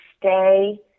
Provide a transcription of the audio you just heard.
stay